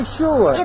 sure